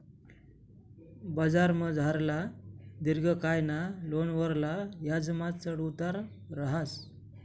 बजारमझारला दिर्घकायना लोनवरला याजमा चढ उतार रहास